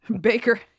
Baker